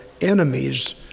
enemies